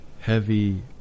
heavy